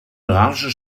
iranischen